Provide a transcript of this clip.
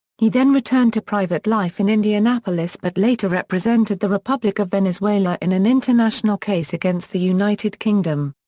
he then returned to private life in indianapolis but later represented the republic of venezuela in an international case against the united kingdom.